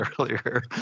earlier